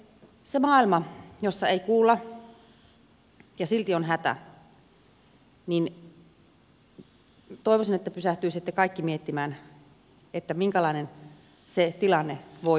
se maailma jossa ei kuulla ja silti on hätä toivoisin että pysähtyisitte kaikki miettimään minkälainen se tilanne voi olla